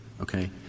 Okay